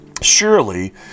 Surely